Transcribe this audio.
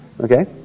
Okay